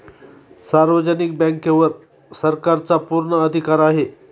सार्वजनिक बँकेवर सरकारचा पूर्ण अधिकार आहे